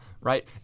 right